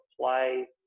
play